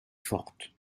forte